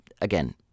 again